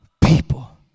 people